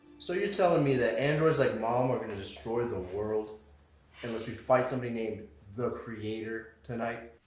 so you're telling me that androids like mom are gonna destroy the world unless we fight somebody named the creator tonight?